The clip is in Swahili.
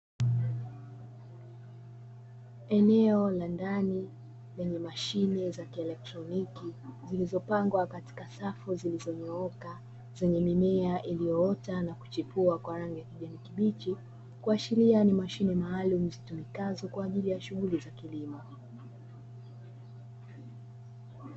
Eneo la ndani lenye mashine za kieletroniki, zilizopangwa katika safu zilizonyooka, zenye mimea iliyoota na kuchipua kwa rangi ya kijani kibichi, kuashiria ni mashine maalumu zitumikazo Kwa ajili ya shughuli za kilimo.